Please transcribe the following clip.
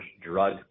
drug